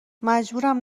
مجبورم